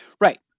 Right